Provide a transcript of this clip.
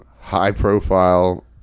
high-profile